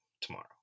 tomorrow